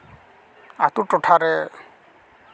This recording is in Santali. ᱟᱛᱳ ᱴᱚᱴᱷᱟᱨᱮ